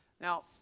Now